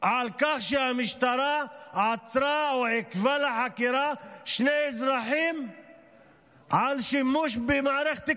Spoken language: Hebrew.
על כך שהמשטרה עצרה או עיכבה לחקירה שני אזרחים על שימוש במערכת כריזה?